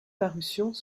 parutions